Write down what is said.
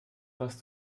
was